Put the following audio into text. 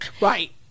right